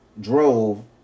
drove